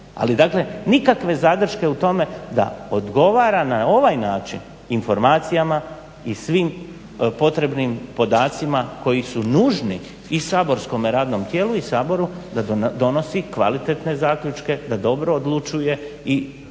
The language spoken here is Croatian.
Ali dakle nikakve zadrške u tome da odgovara na ovaj način informacijama i svim potrebnim podacima koji su nužni i saborskom radnom tijelu i Saboru da donosi kvalitetne zaključke, da dobro odlučuje i generalno